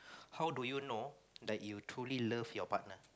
how do you know that you truly love your partner